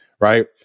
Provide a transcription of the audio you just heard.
right